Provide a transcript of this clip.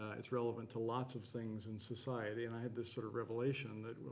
ah it's relevant to lots of things in society. and i had this sort of revelation that,